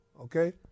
Okay